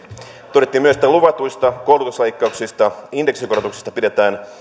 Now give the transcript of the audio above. todettiin myös että luvatuista koulutusleikkauksista indeksikorotuksista pidetään